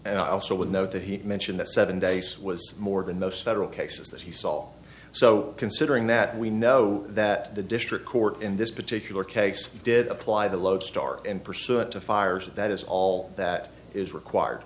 and i also would note that he mentioned that seven days was more than most federal cases that he saw so considering that we know that the district court in this particular case did apply the lodestar and pursuant to fires that is all that is required